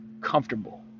comfortable